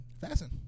Fasten